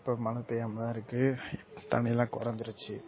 இப்போ மழை பேயாமல் தான் இருக்குது தண்ணிலாம் கொறைஞ்சிருச்சி